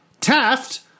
Taft